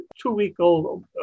two-week-old